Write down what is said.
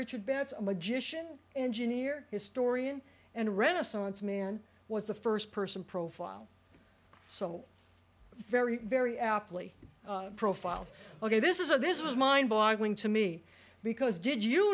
richard betts a magician engineer historian and renaissance man was the first person profile so very very aptly profiled ok this is a this was mind boggling to me because did you